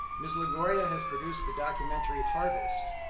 ms. longoria has produced the documentary harvest,